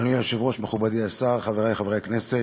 אדוני היושב-ראש, מכובדי השר, חברי חברי הכנסת,